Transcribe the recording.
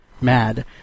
mad